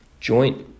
joint